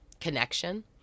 connection